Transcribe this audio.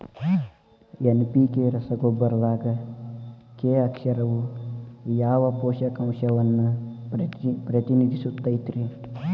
NPK ರಸಗೊಬ್ಬರದಾಗ K ಅಕ್ಷರವು ಯಾವ ಪೋಷಕಾಂಶವನ್ನ ಪ್ರತಿನಿಧಿಸುತೈತ್ರಿ?